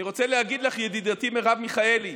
אני רוצה להגיד לך, ידידתי מרב מיכאלי: